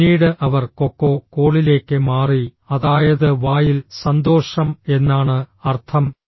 പിന്നീട് അവർ കൊക്കോ കോളിലേക്ക് മാറി അതായത് വായിൽ സന്തോഷം എന്നാണ് അർത്ഥം